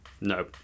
No